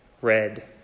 red